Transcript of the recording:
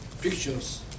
pictures